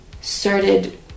started